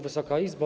Wysoka Izbo!